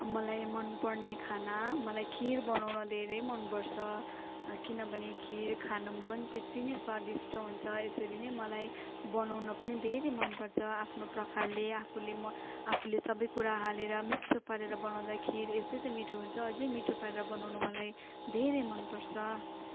मलाई मनपर्ने खाना मलाई खिर बनाउन धेरै मनपर्छ किनभने खिर खानुमा पनि त्यत्ति नै स्वादिष्ट हुन्छ यसरी नै मलाई बनाउन पनि धेरै मनपर्छ आफ्नो प्रकारले आफूले म आफूले सबै कुरा हालेर मिठो पारेर बनाउँदा खिर यसै त मिठो हुन्छ अझै मिठो पारेर बनाउनु मलाई धेरै मनपर्छ